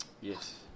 Yes